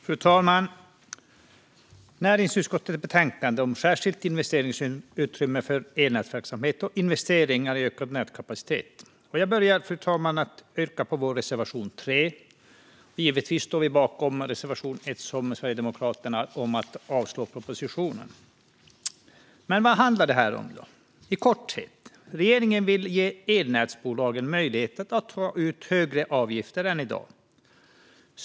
Fru talman! Jag yrkar bifall till reservation 3. Vi står också bakom Sverigedemokraternas reservation om att avslå propositionen. Vad handlar detta om? I korthet: Regeringen vill ge elnätsbolagen möjlighet att ta ut högre avgifter än i dag.